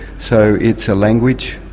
so it's a language.